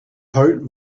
heart